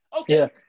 Okay